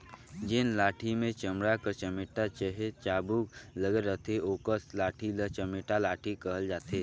जेन लाठी मे चमड़ा कर चमेटा चहे चाबूक लगल रहथे ओकस लाठी ल चमेटा लाठी कहल जाथे